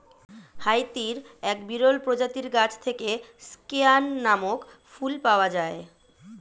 হাইতির এক বিরল প্রজাতির গাছ থেকে স্কেয়ান নামক ফুল পাওয়া যায়